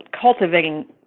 cultivating